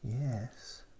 Yes